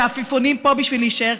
שהעפיפונים פה בשביל להישאר,